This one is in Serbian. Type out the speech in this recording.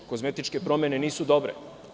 Kozmetičke promene nisu dobre.